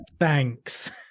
thanks